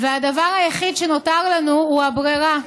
והדבר היחיד שנותר לנו הוא הברירה: